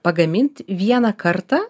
pagamint vieną kartą